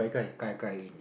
kai kai in